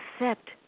accept